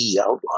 outline